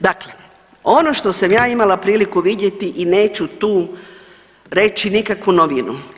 Dakle, ono što sam ja imala priliku vidjeti i neću tu reći nikakvu novinu.